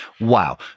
Wow